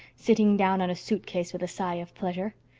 sitting down on a suitcase with a sigh of pleasure.